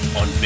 on